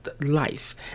life